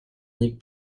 mille